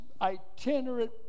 itinerant